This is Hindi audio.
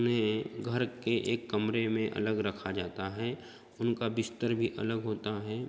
उन्हें घर के एक कमरे में अलग रखा जाता है उनका बिस्तर भी अलग होता है